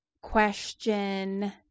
question